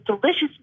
delicious